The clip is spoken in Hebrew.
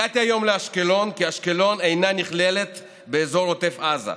הגעתי היום לאשקלון כי אשקלון אינה נכללת באזור עוטף עזה,